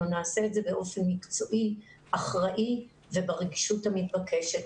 אנחנו נעשה את זה באופן מקצועי וברגישות המתבקשת.